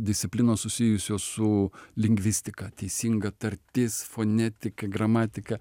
disciplinos susijusios su lingvistika teisinga tartis fonetika gramatika